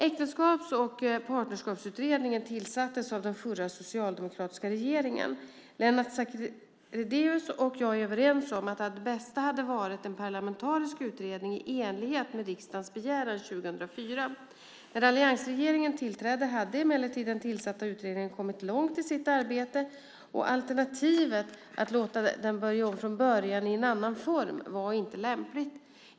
Äktenskaps och partnerskapsutredningen tillsattes av den förra socialdemokratiska regeringen. Lennart Sacrédeus och jag är överens om att det bästa hade varit en parlamentarisk utredning i enlighet med riksdagens begäran 2004. När alliansregeringen tillträdde hade emellertid den tillsatta utredningen kommit långt i sitt arbete, och alternativet att låta den börja om från början i en annan form var inte lämpligt.